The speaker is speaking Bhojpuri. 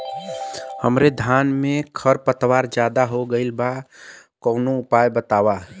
हमरे धान में खर पतवार ज्यादे हो गइल बा कवनो उपाय बतावा?